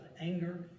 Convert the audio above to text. anger